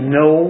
no